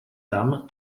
tam